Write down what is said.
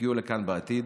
שיגיעו לכאן בעתיד